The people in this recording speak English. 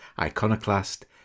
iconoclast